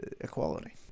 equality